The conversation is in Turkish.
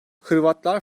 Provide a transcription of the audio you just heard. hırvatlar